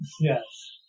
Yes